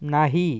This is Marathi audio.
नाही